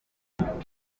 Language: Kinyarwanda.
imibare